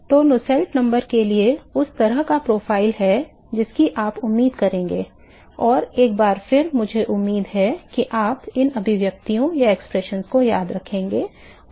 तो Nusselt number के लिए उस तरह का प्रोफाइल है जिसकी आप उम्मीद करेंगे और एक बार फिर मुझे उम्मीद नहीं है कि आप इन अभिव्यक्तियों को याद रखेंगे और